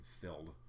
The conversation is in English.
filled